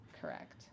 Correct